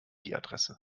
adresse